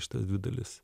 šitas dvi dalis